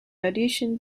addition